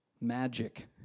magic